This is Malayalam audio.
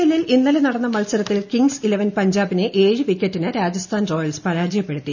എല്ലിൽ ഇന്നലെ നടന്ന മത്സരത്തിൽ കിംഗ്സ് ഇലവൻ പഞ്ചാബിനെ ഏഴു വിക്കറ്റിന് രാജസ്ഥാൻ റോയൽസ് പരാജയപ്പെടുത്തി